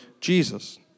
Jesus